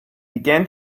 began